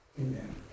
Amen